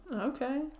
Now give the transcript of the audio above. Okay